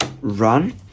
run